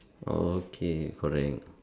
okay correct